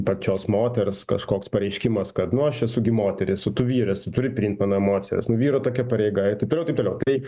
pačios moters kažkoks pareiškimas kad nu aš esu gi moteris o tu vyras tu turi priimt mano emocijas nu vyro tokia pareiga ir taip toliau taip toliau tai